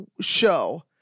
show